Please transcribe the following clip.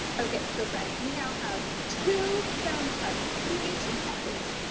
okay so friends we now have two sounds cards, p h and s h.